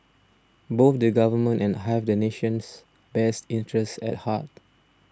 both the Government and have the nation's best interest at heart